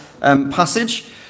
passage